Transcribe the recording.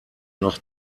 noch